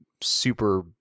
super